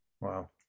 Wow